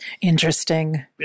Interesting